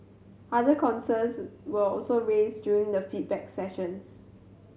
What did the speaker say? other concerns were also raised during the feedback sessions